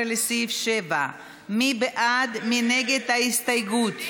14 לסעיף 7. מי בעד ומי נגד ההסתייגות?